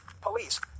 police